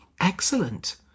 excellent